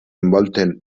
envolten